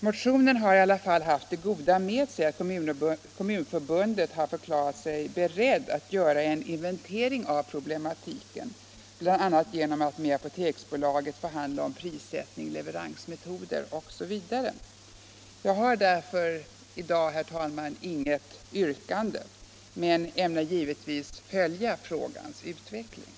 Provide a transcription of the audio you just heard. Motionen har i alla fall haft det goda med sig att Kommunförbundet förklarat sig berett att göra en inventering av problematiken, bl.a. genom att med Apoteksbolaget förhandla om prissättning, leveransmetoder osv. Jag har därför i dag, herr talman, inget yrkande, men ämnar givetvis följa frågans utveckling.